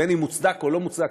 בין אם מוצדק או לא מוצדק,